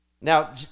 Now